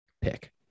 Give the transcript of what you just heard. Pick